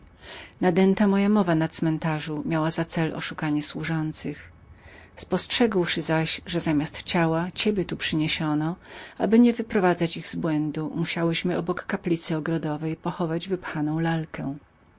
nadęta moja mowa na cmętarzu miała za cel oszukanie służących spostrzegłszy zaś że zamiast ciała ciebie tu przynieśliśmy dla nie wywodzenia ich z błędu musieliśmy obok kaplicy ogrodowej pochować wypchaną lalkę